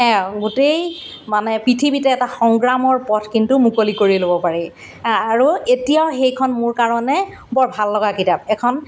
গোটেই মানে পৃথিৱীতে এটা সংগ্ৰামৰ পথ কিন্তু মুকলি কৰি ল'ব পাৰি আৰু এতিয়াও সেইখন মোৰ কাৰণে বৰ ভাল লগা কিতাপ এখন